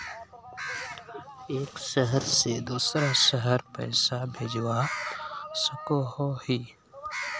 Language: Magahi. एक शहर से दूसरा शहर पैसा भेजवा सकोहो ही?